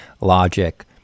Logic